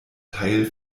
teil